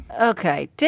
Okay